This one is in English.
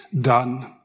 done